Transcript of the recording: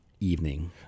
evening